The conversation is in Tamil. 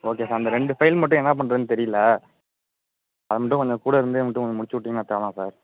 ஓகே சார் அந்த ரெண்டு ஃபைல் மட்டும் என்னா பண்ணுறதுன்னு தெரியல அதை மட்டும் கொஞ்சம் கூட இருந்து அதை மட்டும் கொஞ்சம் முடிச்சிவிட்டிங்கன்னா தேவலாம் சார்